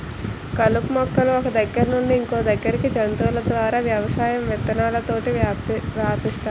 కలుపు మొక్కలు ఒక్క దగ్గర నుండి ఇంకొదగ్గరికి జంతువుల ద్వారా వ్యవసాయం విత్తనాలతోటి వ్యాపిస్తాయి